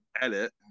edit